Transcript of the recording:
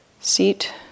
seat